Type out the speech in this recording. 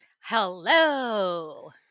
Hello